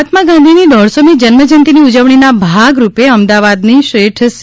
મહાત્મા ગાંધીની દોઢસોમી જન્મ જયંતિની ઉજવણીના ભાગરૂપે અમદાવાદની શેઠ સી